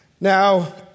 Now